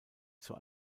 zur